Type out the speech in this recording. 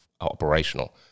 operational